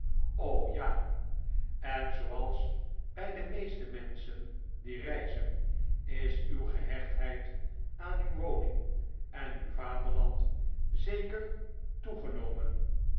ja en zooals bij de meeste menschen die reizen is uw gehechtheid aan uw woning en uw vaderland zeker toegenomen